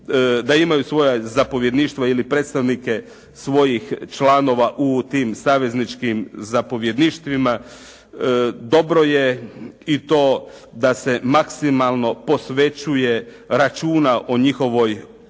da imaju svoja zapovjedništva ili predstavnike svojih članova u tim savezničkim zapovjedništvima. Dobro je i to da se maksimalno posvećuje računa o njihovoj